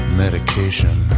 medication